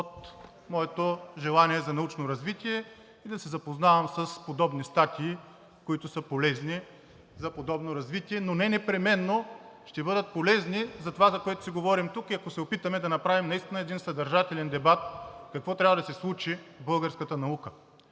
от моето желание за научно развитие и да се запознавам с подобни статии, които са полезни за подобно развитие, но непременно ще бъдат полезни за това, за което си говорим тук, и ако се опитаме да направим наистина един съдържателен дебат какво трябва да се случи в българската наука.